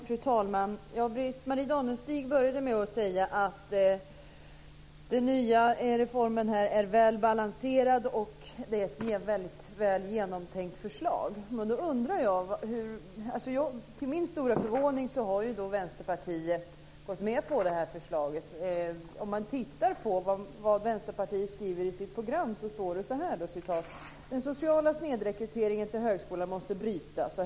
Fru talman! Britt-Marie Danestig började med att säga att det nya är att reformen är väl balanserad och att det är fråga om ett väl genomtänkt förslag. Till min stora förvåning har Vänsterpartiet gått med på det här förslaget. Men i Vänsterpartiets program står det: Den sociala snedrekryteringen till högskolan måste brytas.